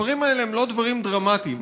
הדברים האלה הם לא דברים דרמטיים,